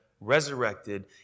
resurrected